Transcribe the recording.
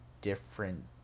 different